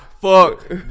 fuck